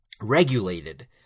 regulated